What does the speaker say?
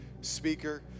speaker